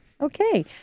Okay